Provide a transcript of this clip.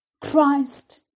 Christ